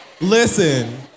Listen